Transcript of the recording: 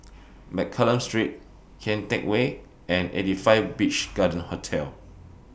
Mccallum Street Kian Teck Way and eighty five Beach Garden Hotel